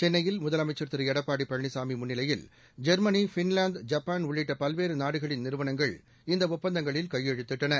சென்னையில் முதலமைச்சர் திரு எடப்பாடி பழனிசாமி முன்னிலையில் ஜெர்மனி பின்லாந்து ஜப்பான் உள்ளிட்ட பல்வேறு நாடுகளின் நிறுவனங்கள் இந்த ஒப்பந்தங்களில் கையெழுத்திட்டன